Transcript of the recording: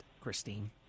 christine